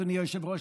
אדוני היושב-ראש,